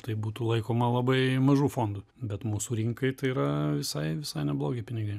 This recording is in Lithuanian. tai būtų laikoma labai mažu fondu bet mūsų rinkai tai yra visai visai neblogi pinigai